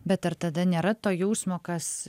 bet ar tada nėra to jausmo kas